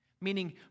Meaning